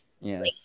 Yes